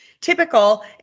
Typical